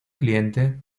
cliente